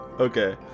okay